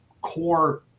core